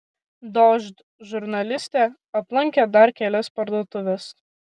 dožd žurnalistė aplankė dar kelias parduotuves